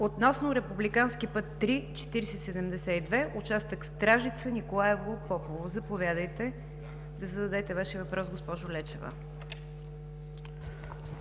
относно републикански път ІІІ-4072, участък Стражица – Николаево – Попово. Заповядате, за да зададете Вашия въпрос, госпожо Лечева.